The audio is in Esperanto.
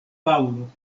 paŭlo